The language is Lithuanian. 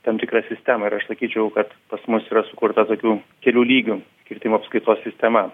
tam tikrą sistemą ir aš sakyčiau kad pas mus yra sukurta tokių kelių lygių kirtimo apskaitos sistema